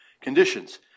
conditions